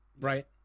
right